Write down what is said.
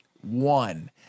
One